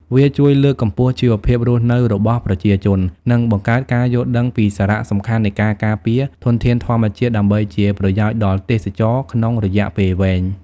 វាជួយលើកកម្ពស់ជីវភាពរស់នៅរបស់ប្រជាជន និងបង្កើតការយល់ដឹងពីសារៈសំខាន់នៃការការពារធនធានធម្មជាតិដើម្បីជាប្រយោជន៍ដល់ទេសចរណ៍ក្នុងរយៈពេលវែង។